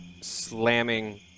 slamming